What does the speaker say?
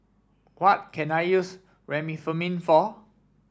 what can I use Remifemin for